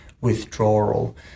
withdrawal